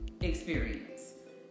experience